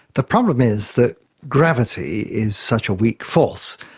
the problem is that gravity is such a weak force,